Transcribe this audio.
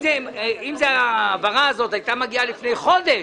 שאם ההעברה הזו היתה מגיעה לפני חודש,